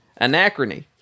Anachrony